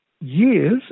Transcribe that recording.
years